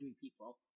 people